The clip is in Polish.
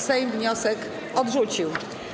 Sejm wniosek odrzucił.